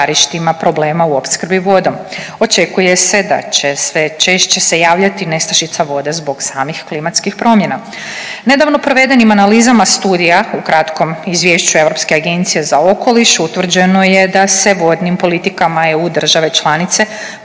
problema u opskrbi vodom, očekuje se da će sve češće se javljati nestašica vode zbog samih klimatskih promjena. Nedavno provedenim analizama studija u kratkom izvješću Europske agencije za okoliš utvrđeno je da se vodnim politikama EU države članice